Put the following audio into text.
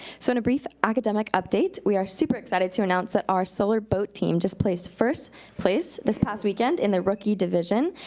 so in a brief academic update, we are super excited to announce that our solar boat team just placed first place this past weekend in their rookie division.